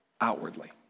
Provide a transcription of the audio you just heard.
outwardly